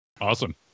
Awesome